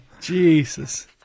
Jesus